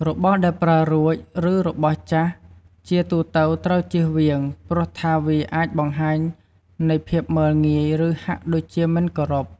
របស់ដែលប្រើរួច ឬរបស់ចាស់ ជាទូទៅត្រូវជៀសវាង ព្រោះថាវាអាចបង្ហាញនៃភាពមើលងាយ ឬហាក់ដូចជាមិនគោរព។